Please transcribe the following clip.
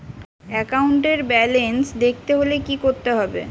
একাউন্টের ব্যালান্স দেখতে হলে কি করতে হবে?